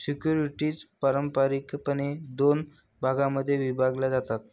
securities पारंपारिकपणे दोन भागांमध्ये विभागल्या जातात